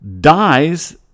dies